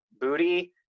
booty